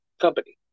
company